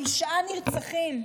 תשעה נרצחים,